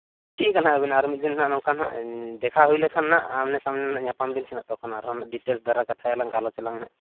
ᱴᱷᱤᱠ ᱜᱮᱭᱟ ᱱᱟᱜ ᱟ ᱵᱤᱱ ᱟᱨ ᱢᱤᱫ ᱫᱤᱱ ᱱᱚᱝᱠᱟ ᱱᱟᱜ ᱫᱮᱠᱷᱟ ᱦᱩᱭ ᱞᱮᱱᱠᱷᱟᱱ ᱱᱟᱜ ᱟᱢᱱᱮᱼᱥᱟᱢᱱᱮ ᱱᱟᱜ ᱧᱟᱯᱟᱢ ᱵᱤᱱ ᱥᱮᱱᱟᱜ ᱛᱚᱠᱷᱚᱱ ᱟᱨᱚ ᱰᱤᱴᱮᱞᱥ ᱫᱷᱟᱨᱟ ᱠᱟᱛᱷᱟᱭᱟᱞᱟᱝ ᱜᱟᱞᱚᱪ ᱟᱞᱟᱝ ᱱᱟᱜ